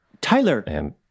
tyler